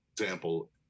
example